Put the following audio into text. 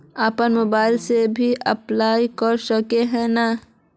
अपन मोबाईल से भी अप्लाई कर सके है नय?